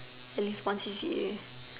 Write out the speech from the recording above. at least one C_C_A